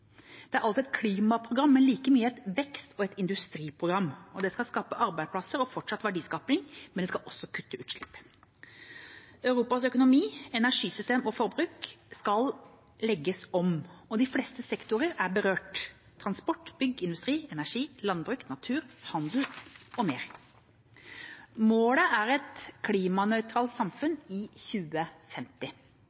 Det er altså et klimaprogram, men like mye et vekst- og industriprogram. Det skal skape arbeidsplasser og fortsatt verdiskaping, men også kutte utslipp. Europas økonomi, energisystem og forbruk skal legges om, og de fleste sektorer er berørt: transport, bygg, industri, energi, landbruk, natur, handel m.m. Målet er et klimanøytralt